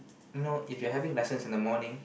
you know if you're having lessons in the morning